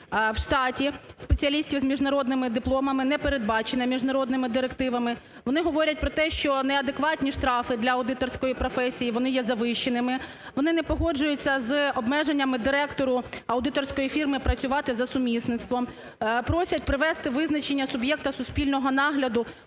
в штаті спеціалістів з міжнародними дипломами не передбачені міжнародними директивами. Вони говорять про те, що неадекватні штрафи для аудиторської професії і вони є завищеними, вони не погоджуються з обмеженнями директору аудиторської фірми працювати за сумісництвом. Просять привести визначення суб'єкта суспільного нагляду